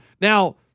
Now